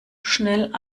schnell